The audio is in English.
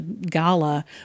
gala